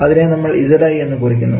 അതിനെ നമ്മൾ Zi എന്നു കുറിക്കുന്നു